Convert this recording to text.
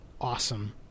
awesome